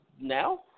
now